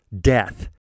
Death